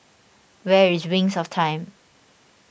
where is Wings of Time